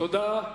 תודה.